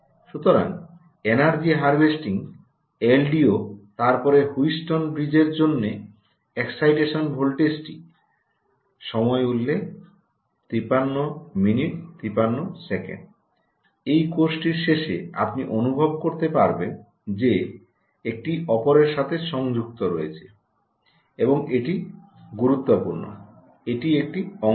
সুতরাং energy harvesting LDO তারপরে Wheatstone ব্রীজের জন্য এক্সাইটেশন ভোল্টেজটি সময় উল্লেখ 5353 এই কোর্সটির শেষে আপনি অনুভব করতে পারবেন যে একটি অপরের সাথে সংযুক্ত রয়েছে এবং এটি গুরুত্বপূর্ণ এটি একটি অংশ